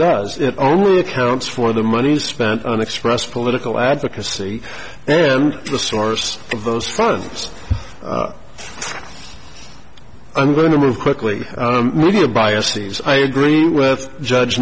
does it only accounts for the money spent on express political advocacy and the source of those funds i'm going to move quickly media bias these i agree with judge